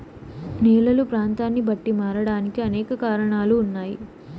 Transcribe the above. నేలలు ప్రాంతాన్ని బట్టి మారడానికి అనేక కారణాలు ఉన్నాయి